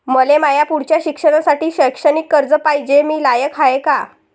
मले माया पुढच्या शिक्षणासाठी शैक्षणिक कर्ज पायजे, मी लायक हाय का?